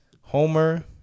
Homer